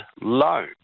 loan